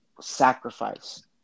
sacrifice